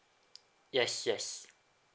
yes yes